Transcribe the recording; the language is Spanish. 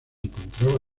encontraba